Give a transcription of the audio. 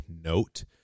note